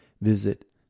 visit